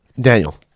Daniel